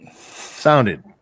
Sounded